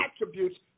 attributes